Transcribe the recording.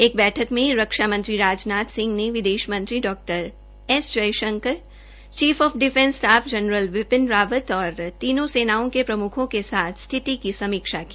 एक बैठक में रक्षा मंत्री राजनाथ सिंह ने विदेश मंत्री Dr S Jaishankar chief of defence staff general Bipin Rawat और तीनों सेनाओं के प्रम्खों के साथ स्थिति की सीमा की